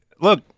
look